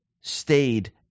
stayed